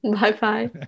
Bye-bye